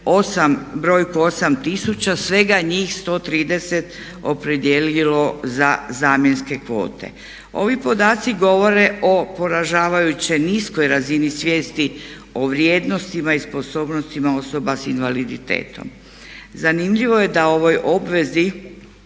brojku 8000 svega njih 130 opredijelilo za zamjenske kvote. Ovi podaci govore o poražavajuće niskoj razini svijesti o vrijednostima i sposobnostima osoba s invaliditetom. Zanimljivo je da ovoj obvezi